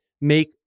make